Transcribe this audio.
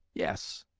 yes,